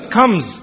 comes